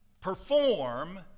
perform